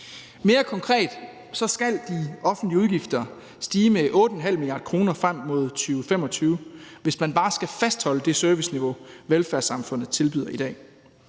Mere konkret skal de offentlige udgifter stige med 8,5 mia. kr. frem mod 2025, hvis man bare skal fastholde det serviceniveau, velfærdssamfundet tilbyder i dag.